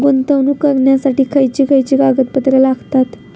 गुंतवणूक करण्यासाठी खयची खयची कागदपत्रा लागतात?